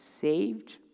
saved